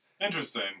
interesting